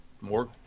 more